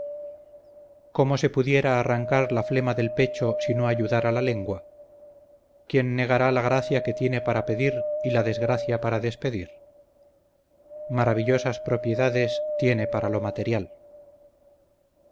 como si pudiera arrancar la flema del pecho si no ayudara la lengua quién negará la gracia que tiene para pedir y la desgracia para despedir maravillosas propiedades tiene para lo material